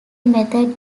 method